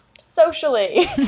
socially